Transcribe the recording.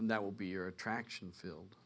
and that will be your attraction fi